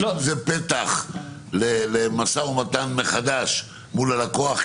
האם זה פתח למשא-ומתן מחדש מול הלקוח.